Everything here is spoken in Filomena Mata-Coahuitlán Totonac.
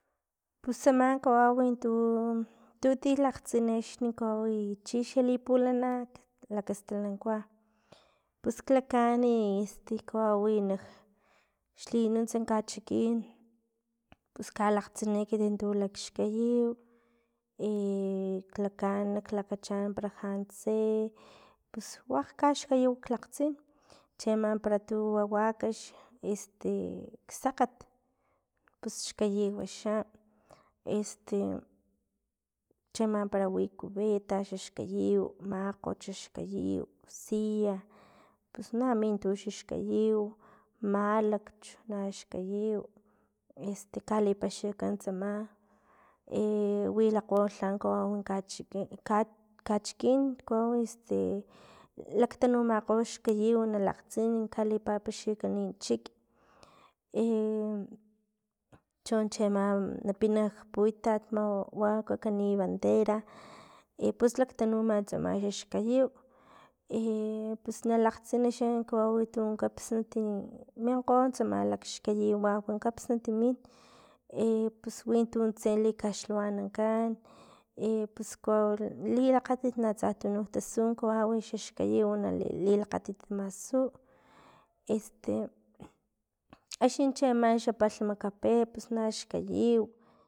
Pus tsama kawawi tu tilakgtsin axni kawau i chixali pulana lakastalankua pus lakaani i este kawawi naj xlinuntsa kachikin pus kalakgtsin ekit tu lakxkayiw i lakaan lakachaan para lhantse pues wakg kaxkayiw klakgtsin cheama para tu wa wakax este e sakgat pus xkayiw xa este cheama para wi cubeta xaxkayiw makgot xaxkayiw silla pus namin tu xaxkayiw malakch naxkayiw este kalipaxikan tsama e wilakgo lha kawau kachikin kawau este laktanumakgo xkayiw na lakgtsin kalipapaxinkani chik i chon cheama na pina nak puitat mawakankani bandera i pus laktanuma tsama xaxkayiw i pus na lakgtsin xa kawau ti kapsnat tu minkgo tsama lakxkayiw kawau kapsnat tu min e pus wintu tse likaxlhawanankan e pues kawau lilakgatit tsa tununk tasu kawawi xaxkayiw na lilakgatit masu este axni chiama xa palhma kape pus naxkayiw